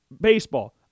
baseball